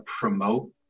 promote